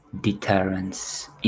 deterrence